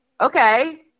okay